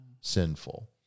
sinful